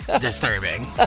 disturbing